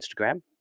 Instagram